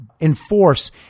enforce